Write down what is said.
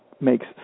makes